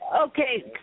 okay